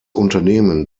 unternehmen